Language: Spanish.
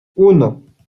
uno